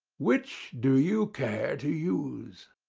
which do you care to use?